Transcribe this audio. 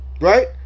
right